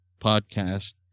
podcast